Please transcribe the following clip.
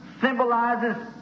symbolizes